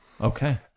Okay